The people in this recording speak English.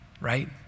right